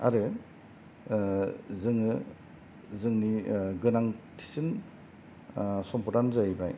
आरो जोङो जोंनि गोनांथिसिन सम्पदानो जाहैबाय